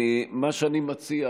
מה שאני מציע,